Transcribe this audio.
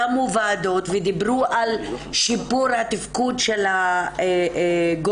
קמו ועדות ודיברו על שיפור התפקוד של הגורמים